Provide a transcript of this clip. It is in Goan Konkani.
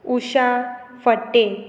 उशा फडते